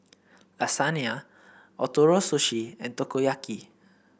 Lasagne Ootoro Sushi and Takoyaki